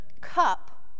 cup